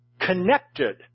connected